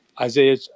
Isaiah